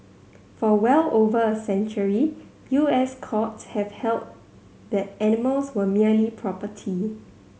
for well over a century U S courts have held that animals were merely property